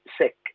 sick